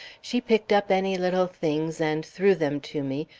she picked up any little things and threw them to me,